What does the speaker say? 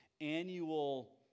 annual